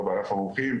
לא בענף המומחים,